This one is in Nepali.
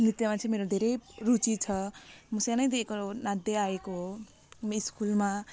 नृत्यमा चाहिँ मेरो धेरै रुचि छ म सानैदेखिको नाच्दैआएको हो म स्कुलमा